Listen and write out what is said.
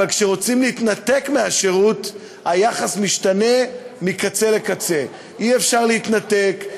אבל כשרוצים להתנתק מהשירות היחס משתנה מקצה לקצה: אי-אפשר להתנתק.